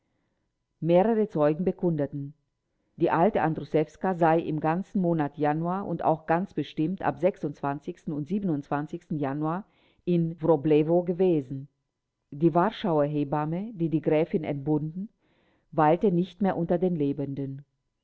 mehrere zeugen bekundeten die alte andruszewska sei im ganzen monat januar und auch ganz bestimmt am und januar in wroblewo gewesen die warschauer hebamme die die gräfin entbunden weilte nicht mehr unter den lebenden